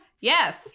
Yes